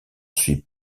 suis